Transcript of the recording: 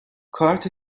کارت